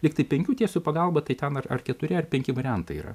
lygtai penkių tiesių pagalba tai ten ar keturi ar penki variantai yra